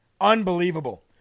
unbelievable